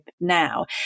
now